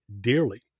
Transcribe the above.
dearly